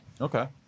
Okay